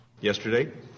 Yesterday